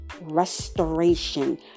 restoration